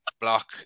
block